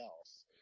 else